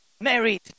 Married